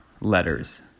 letters